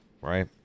Right